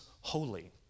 holy